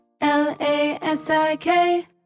L-A-S-I-K